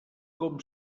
com